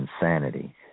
insanity